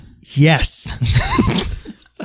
Yes